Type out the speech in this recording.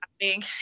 happening